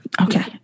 Okay